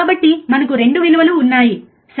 కాబట్టి మనకు 2 విలువలు ఉన్నాయి సరే